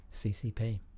CCP